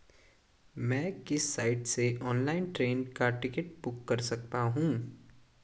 मैं किस साइट से ऑनलाइन ट्रेन का टिकट बुक कर सकता हूँ?